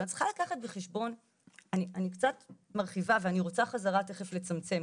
אני קצת מרחיבה ואני רוצה חזרה תיכף לצמצם,